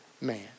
man